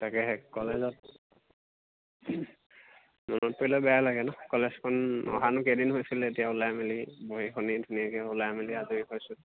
তাকেহে কলেজত মনত পৰিলে বেয়া লাগে নহ্ কলেজখন অহানো কেইদিন হৈছিলে এতিয়া ওলাই মেলি বহীখনি ধুনীয়াকৈ ওলাই মেলি আজৰি হৈছোঁ